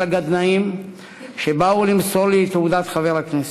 הגדנ"עים שבאו למסור לי את תעודת חבר הכנסת.